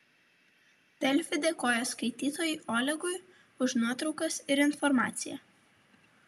delfi dėkoja skaitytojui olegui už nuotraukas ir informaciją